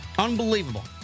Unbelievable